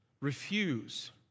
refuse